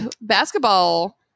Basketball